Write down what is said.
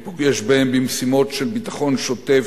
אני פוגש בהם במשימות של ביטחון שוטף,